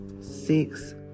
six